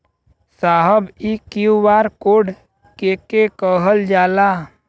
साहब इ QR code के के कहल जाला?